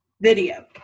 video